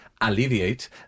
alleviate